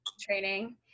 training